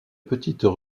petites